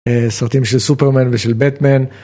סרטים של סופרמן ושל בטמן.